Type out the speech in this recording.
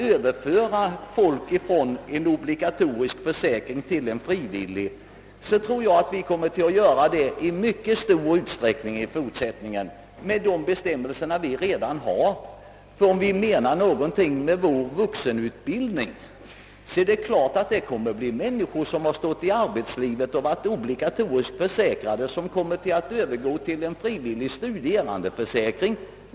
även med tillämpning av de bestämmelser som redan gäller kommer också säkert många människor i fortsättningen att överföras från obligatorisk till frivillig försäkring. Om vi menar någonting med vuxenutbildningen, kommer en stor mängd människor som stått ute i arbetslivet och varit obligatoriskt försäkrade att övergå till en frivillig studerandeförsäkring.